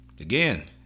Again